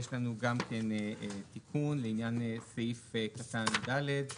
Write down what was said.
אושר 28 יש לנו גם כן תיקון לעניין סעיף קטן (ד).